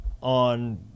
on